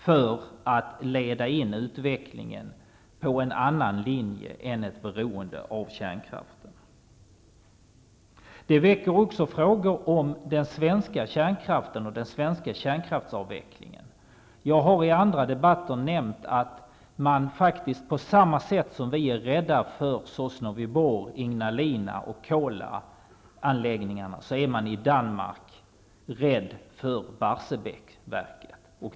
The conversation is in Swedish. Man måste leda in utvecklingen på en annan linje än ett beroende av kärnkraften. Detta väcker också frågor om den svenska kärnkraften och den svenska kärnkraftsavvecklingen. Jag har i andra debatter nämnt att man i Danmark faktiskt är rädd för Barsebäcksverket på samma sätt som vi är rädda för anläggningarna i Sosnovyj Bor, Ignalina och Kola.